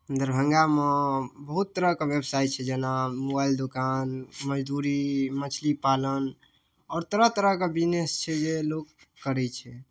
दरभङ्गामे बहुत तरहके व्यवसाय छै जेना मोबाइल दोकान मजदूरी मछली पालन आओर तरह तरहके बिजनेस छै जे लोक करैत छै